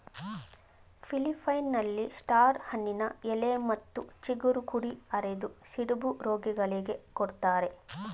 ಫಿಲಿಪ್ಪೈನ್ಸ್ನಲ್ಲಿ star ಹಣ್ಣಿನ ಎಲೆ ಮತ್ತು ಚಿಗುರು ಕುಡಿ ಅರೆದು ಸಿಡುಬು ರೋಗಿಗಳಿಗೆ ಕೊಡ್ತಾರೆ